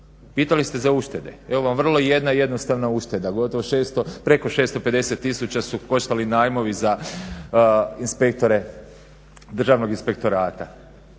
Pitali ste za uštede. Evo vam vrlo jedna jednostavna ušteda. Gotovo preko 650000 su koštali najmovi za inspektore Državnog inspektorata.